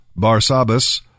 Barsabbas